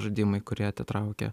žaidimai kurie atitraukia